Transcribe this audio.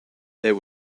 there